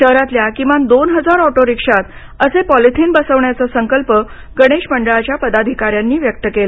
शहरातल्या किमान दोन हजार ऑटोरिक्षात असे पॉलिथिन बसवण्याचा संकल्प गणेश मंडळाच्या पदाधिकाऱ्यांनी व्यक्त केला